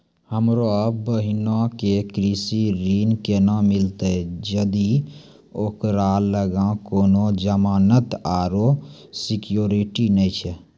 हमरो बहिनो के कृषि ऋण केना मिलतै जदि ओकरा लगां कोनो जमानत आरु सिक्योरिटी नै छै?